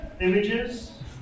images